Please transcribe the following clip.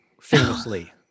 famously